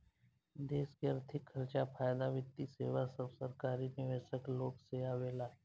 देश के अर्थिक खर्चा, फायदा, वित्तीय सेवा सब सरकारी निवेशक लोग से आवेला